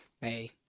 Hey